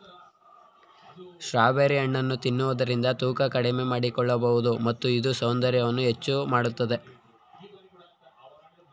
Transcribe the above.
strawberry ಹಣ್ಣನ್ನು ತಿನ್ನುವುದರಿಂದ ತೂಕ ಕಡಿಮೆ ಮಾಡಿಕೊಳ್ಳಬೋದು ಮತ್ತು ಇದು ಸೌಂದರ್ಯವನ್ನು ಹೆಚ್ಚು ಮಾಡತ್ತದೆ